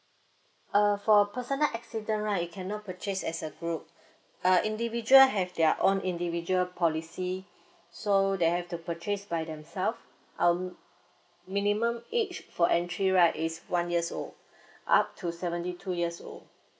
uh for personal accident right you cannot purchase as a group uh individual have their own individual policy so they have to purchase by themselves um minimum age for entry right is one years old up to seventy two years old